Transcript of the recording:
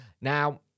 Now